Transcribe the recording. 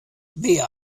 wer